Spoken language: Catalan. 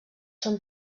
són